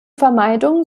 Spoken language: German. vermeidung